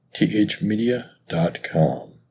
thmedia.com